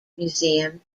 museum